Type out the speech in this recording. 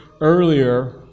earlier